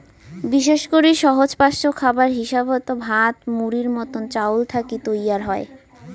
বিশেষ করি সহজপাচ্য খাবার হিসাবত ভাত, মুড়ির মতন চাউল থাকি তৈয়ার হই